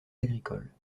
agricoles